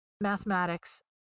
mathematics